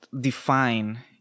define